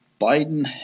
Biden